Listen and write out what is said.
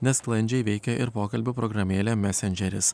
nesklandžiai veikė ir pokalbių programėlė mesendžeris